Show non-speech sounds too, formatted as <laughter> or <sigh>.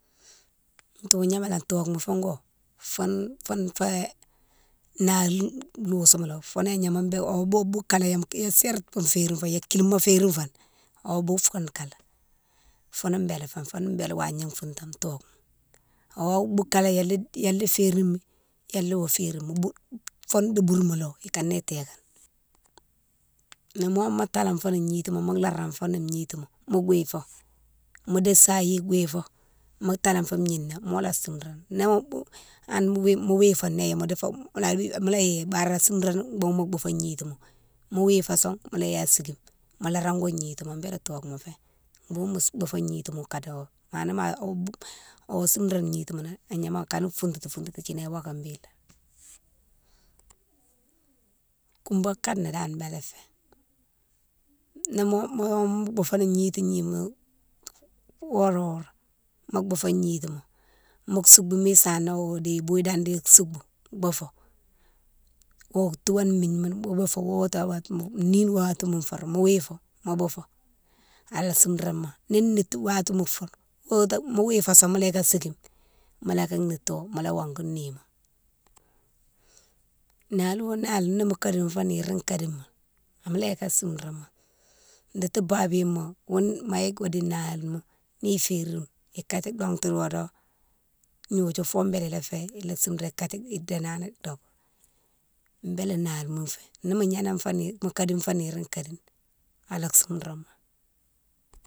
Tougnamalé tocouma foune wo, foune foune fé naghil lousouma lé wo, foune ignama <hesitation> ya serte mo férino li, yakillima férine fone awo boufoune kalé founne bélé foune fé, foune bélé wagna fountane to. Awa boukalé yane né férimi, yalého férine mi, foune di bourmalého ikané téké, ni moma talafoni gnityma mo laranfoni gnityma, mo guifo, mo di sayi guifo, mo talanfo migna mo la simrane, hanne mo wifo né <hesitation> mo boufo gnitima, mo wifo son mo yike asikime mo narango gnityma bélé tocouma fé bounne mo boufo gnity mo kadaho ma na wo simrane gnity ma nan a gnama, akane fountoutou fountoutou kina wogane bélé. Ouba kade na dane bélé fé nimo ma boufo gnity gnima horé horé mo boufo gnityma, mo soubouni sana o di bouile dandéye soubou bourfo o toughane migne mounne mo boufo woti woti nine watina foure mo wifo mo boufo ala simramo, ni niti watima foure mo wifo son mola yike a sikime, mola ka nitto mola wangou nima. naliwo nayil ni mo kadine fo nire kadine ma, mola yike a simramo, dédi bobiyone ma, ghounne ma yike wo di nayil ma ni férine, ikadji dongtou dou woudo gnodiou foune béne lé fé ilé simrane ikane niténani dongtou, bélé nalima fé, ni mo gnanan fo nire mo kadifo niri kadine, ala simrane mo.